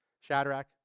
Shadrach